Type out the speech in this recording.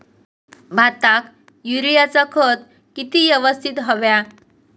भाताक युरियाचा खत किती यवस्तित हव्या?